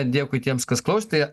dėkui tiems kas klausė tai